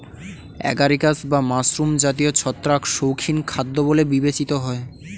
agaricus বা mushroom জাতীয় ছত্রাক শৌখিন খাদ্য বলে বিবেচিত হয়